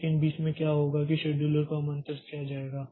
लेकिन बीच में क्या होगा कि शेड्यूलर को आमंत्रित किया जाएगा